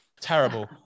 Terrible